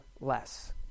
less